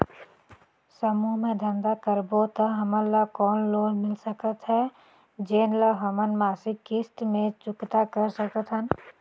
समूह मे धंधा करबो त हमन ल कौन लोन मिल सकत हे, जेन ल हमन मासिक किस्त मे चुकता कर सकथन?